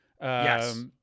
Yes